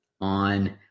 on –